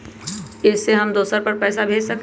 इ सेऐ हम दुसर पर पैसा भेज सकील?